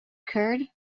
curd